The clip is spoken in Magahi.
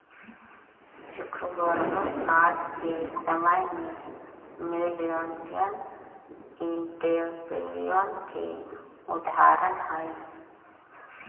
जुकरबर्ग आज के समय में मिलेनियर एंटरप्रेन्योर के उदाहरण हई